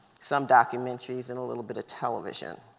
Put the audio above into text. some documentaries, and a little bit of television.